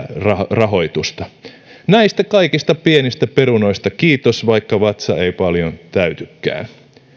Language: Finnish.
rahoitusta näistä kaikista pienistä perunoista kiitos vaikka vatsa ei paljon täytykään